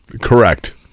Correct